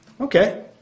Okay